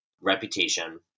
reputation